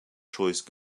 choice